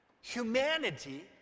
humanity